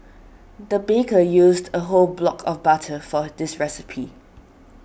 the baker used a whole block of butter for this recipe